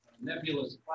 nebulous